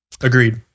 Agreed